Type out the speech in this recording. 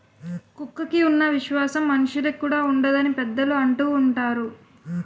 కుక్కకి ఉన్న విశ్వాసం మనుషులుకి కూడా ఉండదు అని పెద్దలు అంటూవుంటారు